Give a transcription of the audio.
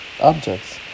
Objects